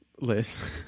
Liz